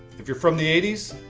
if you're from the eighty s,